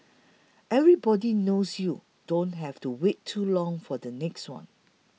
everybody knows you don't have to wait too long for the next one